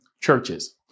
churches